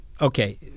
Okay